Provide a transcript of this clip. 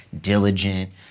diligent